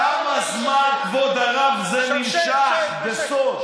כמה זמן, כבוד הרב, זה נמשך בסוד?